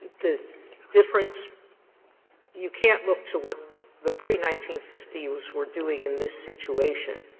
the difference you can't look to what the pre nineteen fifty s were doing in this situation,